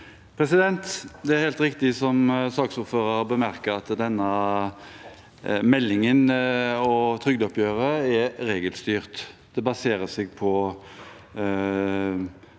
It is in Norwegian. Det er helt riktig, som saksordføreren bemerket, at denne meldingen og trygdeoppgjøret er regelstyrt. Det baserer seg på